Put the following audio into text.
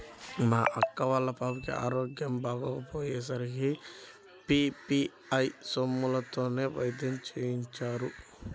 మా అక్క వాళ్ళ పాపకి ఆరోగ్యం బాగోకపొయ్యే సరికి పీ.పీ.ఐ సొమ్ములతోనే వైద్యం చేయించారు